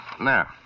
Now